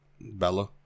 Bella